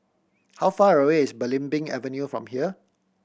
how far away is Belimbing Avenue from here